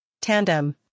Tandem